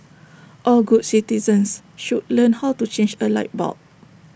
all good citizens should learn how to change A light bulb